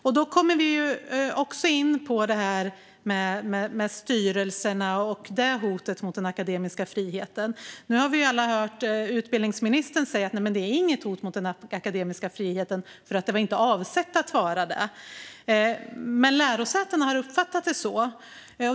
Därmed kommer vi också in på styrelserna och hotet mot den akademiska friheten i detta avseende. Vi har alla hört utbildningsministern säga att förändringen inte innebär något hot mot den akademiska friheten eftersom det inte var avsikten. Men lärosätena har uppfattat det så.